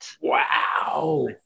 Wow